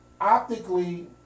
optically